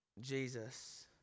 Jesus